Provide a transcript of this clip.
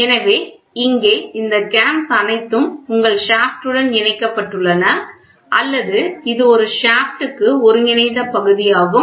எனவே இங்கே இந்த கேம்'s அனைத்தும் உங்கள் ஷாப்ட் தண்டு உடன் இணைக்கப்பட்டுள்ளன அல்லது இது ஒரு ஷாப்ட் தண்டுக்கு ஒருங்கிணைந்த பகுதியாகும்